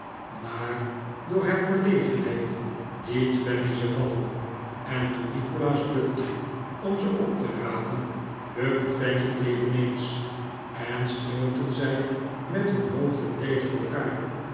maar door haar verlegenheid liet fanny ze vallen en toen nikolaas bukte om ze op te rapen bukte fanny eveneens en stootten zij met hun hoofden tegen elkaar